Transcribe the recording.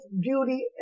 beauty